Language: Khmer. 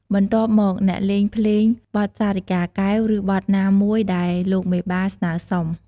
បន្ទាប់មក អ្នកភ្លេងលេងបទសារិកាកែវ ឬបទណាមួយដែលលោកមេបាស្នើសុំ។